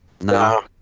No